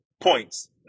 points